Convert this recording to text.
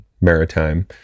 Maritime